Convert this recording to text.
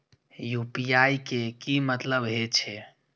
UPI के की मतलब हे छे?